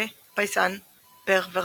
Le Paysan perverti,